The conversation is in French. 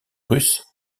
russe